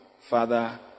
father